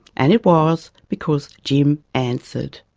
and it was, because jim answered.